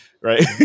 Right